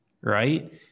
Right